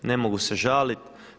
Ne mogu se žaliti.